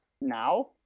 now